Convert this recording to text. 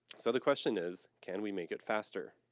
so the question is, can we make it faster?